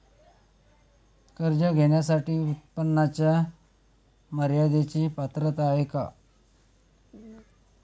कर्ज घेण्यासाठी उत्पन्नाच्या मर्यदेची पात्रता आहे का?